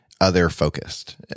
other-focused